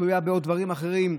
תלויה בעוד דברים אחרים,